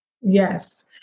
yes